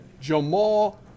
Jamal